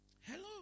Hello